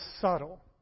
subtle